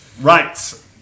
Right